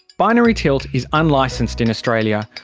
binary tilt is unlicensed in australia.